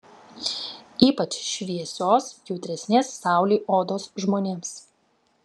ypač šviesios jautresnės saulei odos žmonėms